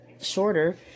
shorter